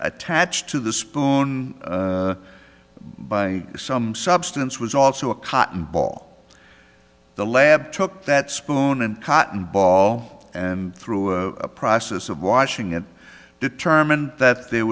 attached to the spoon by some substance was also a cotton ball the lab took that spoon and cotton ball and through a process of washing and determined that there